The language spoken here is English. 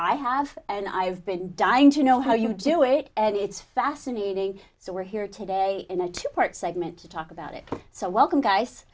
i have and i have been dying to know how you do it and it's fascinating so we're here today in a two part segment to talk about it so welcome guys